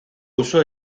uso